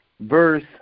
verse